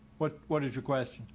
what what is your question?